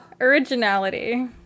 Originality